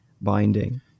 binding